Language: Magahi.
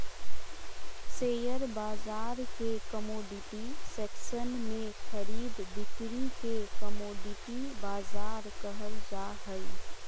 शेयर बाजार के कमोडिटी सेक्सन में खरीद बिक्री के कमोडिटी बाजार कहल जा हइ